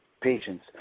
patience